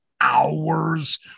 hours